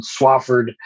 Swafford